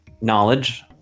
Knowledge